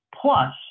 plus